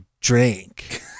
drink